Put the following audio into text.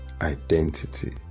identity